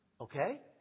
Okay